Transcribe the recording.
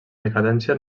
decadència